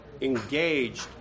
engaged